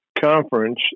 conference